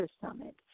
Summit